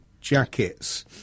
jackets